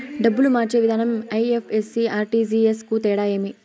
డబ్బులు మార్చే విధానం ఐ.ఎఫ్.ఎస్.సి, ఆర్.టి.జి.ఎస్ కు తేడా ఏమి?